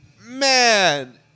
man